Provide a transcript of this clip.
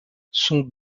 son